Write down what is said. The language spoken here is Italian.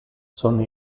sono